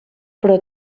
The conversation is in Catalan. però